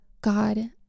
God